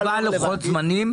ונקבע לוחות זמנים?